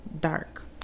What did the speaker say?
Dark